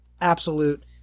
absolute